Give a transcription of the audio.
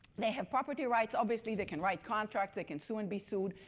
they have property rights. obviously they can write contracts, they can sue and be sued.